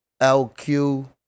LQ